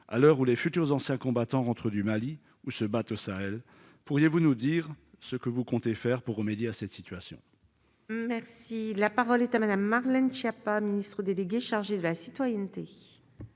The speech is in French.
à l'heure où les futurs anciens combattants rentre du Mali où se battent au Sahel, pourriez-vous nous dire ce que vous comptez faire pour remédier à cette situation. Merci, la parole est à Madame, Marlène Schiappa, ministre déléguée chargée de la citoyenneté.